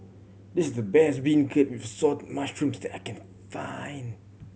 this is the best beancurd with Assorted Mushrooms that I can find